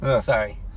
Sorry